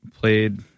played